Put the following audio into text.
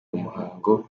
umuhango